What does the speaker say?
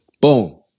boom